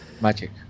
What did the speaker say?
Magic